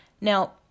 Now